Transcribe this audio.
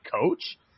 coach